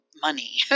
money